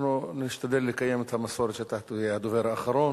אנחנו נשתדל לקיים את המסורת שאתה תהיה הדובר האחרון.